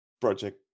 project